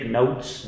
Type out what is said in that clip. notes